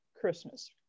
christmas